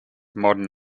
modern